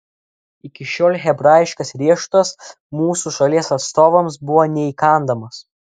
iki šiol hebrajiškas riešutas mūsų šalies atstovams buvo neįkandamas